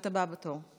את הבאה בתור.